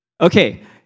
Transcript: Okay